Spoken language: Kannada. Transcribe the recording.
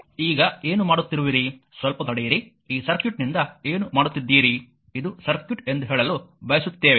ಈಗ ಏನು ಮಾಡುತ್ತಿರುವಿರಿ ಸ್ವಲ್ಪ ತಡೆಯಿರಿ ಈ ಸರ್ಕ್ಯೂಟ್ನಿಂದ ಏನು ಮಾಡುತ್ತಿದ್ದೀರಿ ಇದು ಸರ್ಕ್ಯೂಟ್ ಎಂದು ಹೇಳಲು ಬಯಸುತ್ತೇವೆ